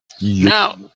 now